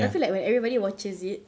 I feel like when everybody watches it